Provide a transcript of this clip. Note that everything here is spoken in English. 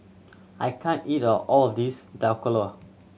I can't eat all of this Dhokla